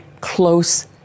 close